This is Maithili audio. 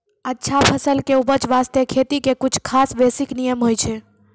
अच्छा फसल के उपज बास्तं खेती के कुछ खास बेसिक नियम होय छै